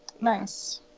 Nice